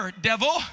devil